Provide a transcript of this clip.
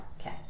Okay